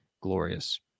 glorious